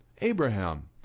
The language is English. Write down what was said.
Abraham